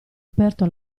aperto